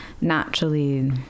naturally